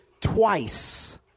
twice